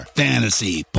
fantasy